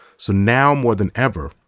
so now more than ever,